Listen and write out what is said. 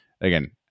again